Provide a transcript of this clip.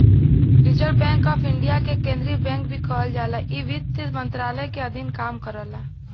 reserve bank of India के केंद्रीय bank भी कहल जाला इ वित्त मंत्रालय के अधीन काम करला